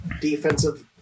defensive